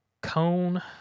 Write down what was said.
cone